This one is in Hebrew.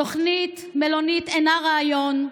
תוכנית מלונית אינה רעיון.